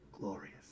glorious